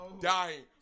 dying